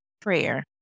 prayer